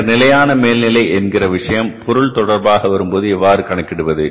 பின்னர் நிலையான மேல்நிலை என்கிற விஷயம் பொருள் தொடர்பாக வரும்போது எவ்வாறு கணக்கிடுவது